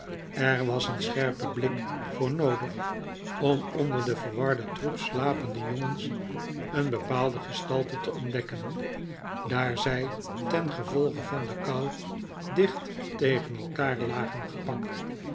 er was een scherpe blik voor noodig om onder den verwarden troep slapende jongens een bepaalde gestalte te ontdekken daar zij tengevolge van de kou dicht tegen elkaar lagen gepakt